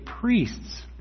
priests